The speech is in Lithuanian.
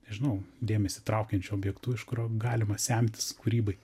nežinau dėmesį traukiančiu objektu iš kurio galima semtis kūrybai